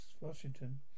Washington